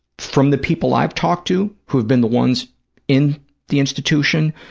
from the people i've talked to, who have been the ones in the institution,